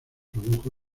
produjo